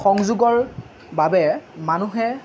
সংযোগৰ বাবে মানুহে